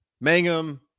Mangum